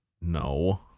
No